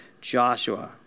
Joshua